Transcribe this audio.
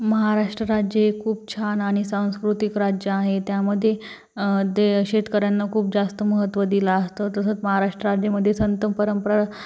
महाराष्ट्र राज्य हे खूप छान आणि सांस्कृतिक राज्य आहे त्यामध्ये दे शेतकऱ्यांना खूप जास्त महत्व दिला असतं तसंच महाराष्ट्र राज्यामध्ये संतपरंपरा